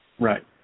Right